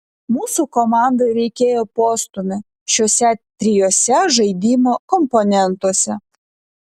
mūsų komandai reikėjo postūmio šiuose trijuose žaidimo komponentuose